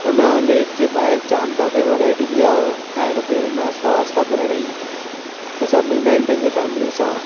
उन लेक जे बा॒हिरि जाम तव्हांखे वैराइटी बि आहे खाइणु पीअणु नाश्ता वाश्ता करणु इ त सभु ईंदा आहिनि पंहिंजी फैमिली सां